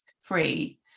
free